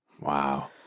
Wow